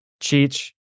Cheech